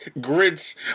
grits